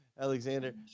alexander